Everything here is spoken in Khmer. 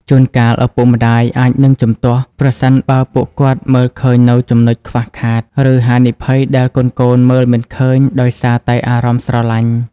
ជួនកាលឪពុកម្ដាយអាចនឹងជំទាស់ ប្រសិនបើពួកគាត់មើលឃើញនូវចំណុចខ្វះខាត ឬហានិភ័យដែលកូនៗមើលមិនឃើញដោយសារតែអារម្មណ៍ស្រឡាញ់។